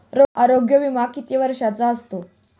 आरोग्य विमा किती वर्षांचा असतो?